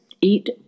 EAT